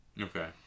Okay